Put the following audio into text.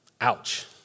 ouch